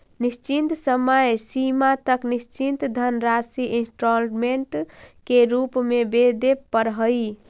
निश्चित समय सीमा तक निश्चित धनराशि इंस्टॉलमेंट के रूप में वेदे परऽ हई